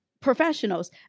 professionals